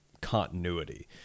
continuity